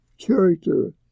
character